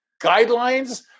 guidelines